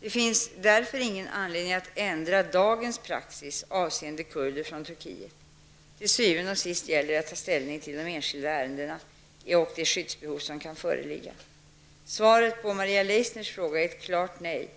Det finns därför ingen anledning att ändra dagens praxis avseende kurder från Turkiet. Till syvende og sisdt gäller det att i det enskilda ärendet ta ställning till det skyddsbehov som kan föreligga. Svaret på Maria Leissners fråga är ett klart nej.